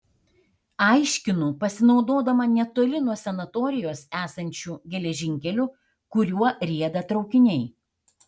aiškinu pasinaudodama netoli nuo sanatorijos esančiu geležinkeliu kuriuo rieda traukiniai